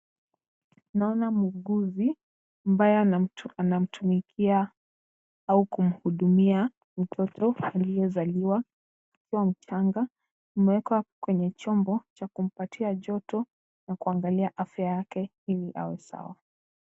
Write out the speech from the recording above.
Naona mwuguzi ambaye anamtumikia au kumhudumia mtoto aliyezaliwa akiwa mchanga. Ameekwa kwenye chombo cha kumpatia joto na kuangalia afya yake ili awe sawa.